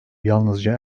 yalnızca